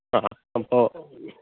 ആ അപ്പോൾ